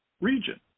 region